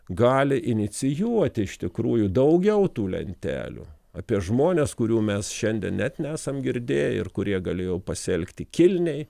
gali inicijuoti iš tikrųjų daugiau tų lentelių apie žmones kurių mes šiandien net nesam girdėję ir kurie galėjo pasielgti kilniai